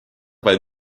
vaid